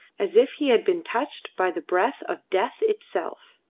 as if he had been touched by the breath of death itself.